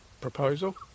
proposal